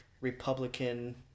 Republican